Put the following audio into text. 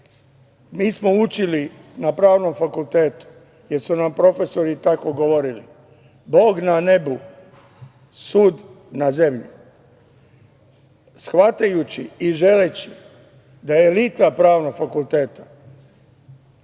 mi smo učili na Pravnom fakultetu, jer su nam profesori tako govorili "Bog na nebu, sud na zemlji", shvatajući i želeći da elita Pravnog fakulteta